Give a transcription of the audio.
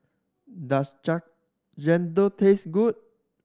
does chendol taste good